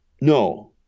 no